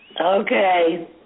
Okay